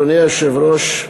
אדוני היושב-ראש,